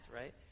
right